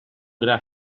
gra